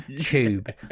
tube